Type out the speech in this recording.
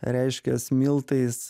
reiškias miltais